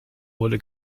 wurde